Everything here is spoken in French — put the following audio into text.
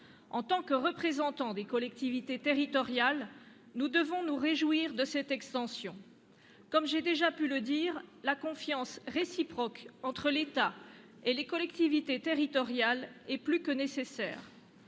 En tant que représentants des collectivités territoriales, nous devons nous réjouir de cette extension. Comme j'ai déjà pu le dire, la confiance réciproque entre l'État et les collectivités territoriales est plus que nécessaire.